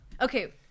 Okay